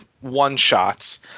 one-shots